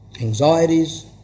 anxieties